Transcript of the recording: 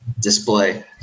display